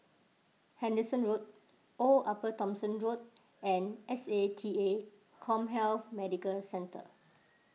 Henderson Road Old Upper Thomson Road and S A T A CommHealth Medical Centre